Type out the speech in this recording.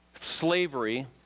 slavery